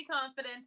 confident